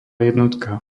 jednotka